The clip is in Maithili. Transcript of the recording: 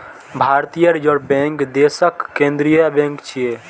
भारतीय रिजर्व बैंक देशक केंद्रीय बैंक छियै